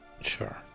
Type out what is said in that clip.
Sure